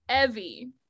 Evie